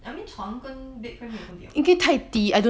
I mean 床跟 bed frame 没有分别 [what]